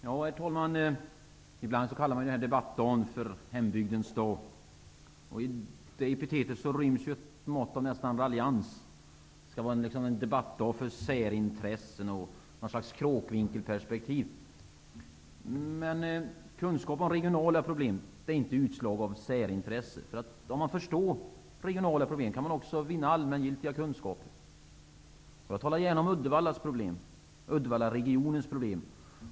Herr talman! Ibland kallas denna debattdag för hembygdens dag. I detta epitet ryms ett mått av raljerande. Det skall vara en debattdag för särintressen och något slags kråkvinkelperspektiv. Men kunskap om regionala problem är inte utslag av särintressen; genom att förstå regionala problem kan man också vinna allmängiltiga kunskaper. Jag talar gärna om Uddevallaregionens problem.